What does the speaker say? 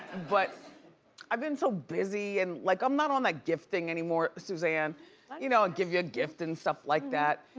but i've been so busy and like i'm not on that gift thing anymore, susanne. you know, i'll give you a gift and stuff like that,